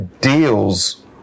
deals